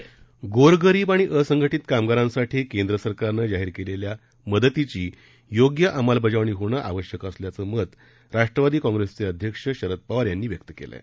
शरद पवार गोरगरीब आणि असंघटीत कामगारांसाठी केंद्र सरकारनं जाहीर केलेल्या मदतीची योग्य अंमलबजावणी घेणं आवश्यक असल्याचं मत राष्ट्र्वादी काँप्रेस पक्षाचे अध्यक्ष खासदार शरद पवार यांनी व्यक्त केलं आहे